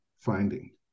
finding